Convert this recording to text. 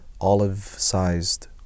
olive-sized